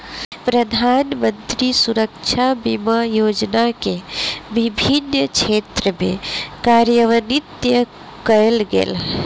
प्रधानमंत्री सुरक्षा बीमा योजना के विभिन्न क्षेत्र में कार्यान्वित कयल गेल